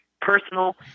personal